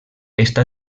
està